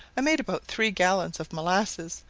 i made about three gallons of molasses,